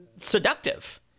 seductive